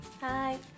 Hi